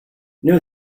new